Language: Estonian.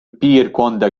piirkonda